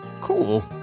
Cool